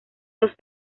dos